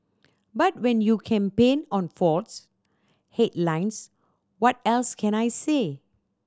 but when you campaign on faults headlines what else can I say